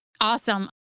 Awesome